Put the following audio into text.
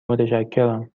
متشکرم